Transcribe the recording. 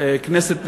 כנסת נכבדה,